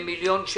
מי נגד, מי נמנע?